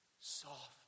soft